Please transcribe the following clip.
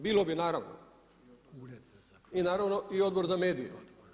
Bilo bi naravno i naravno i Odbor za medije.